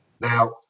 now